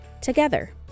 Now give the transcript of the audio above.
together